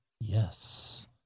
Yes